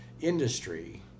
industry